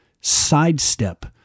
sidestep